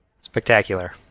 Spectacular